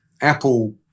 Apple